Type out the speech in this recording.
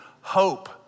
hope